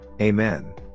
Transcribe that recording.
Amen